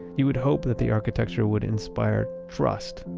you would hope that the architecture would inspire trust,